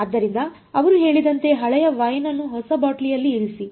ಆದ್ದರಿಂದ ಅವರು ಹೇಳಿದಂತೆ ಹಳೆಯ ವೈನ್ ಅನ್ನು ಹೊಸ ಬಾಟಲಿಯಲ್ಲಿ ಇರಿಸಿ